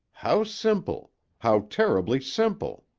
how simple how terribly simple!